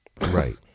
Right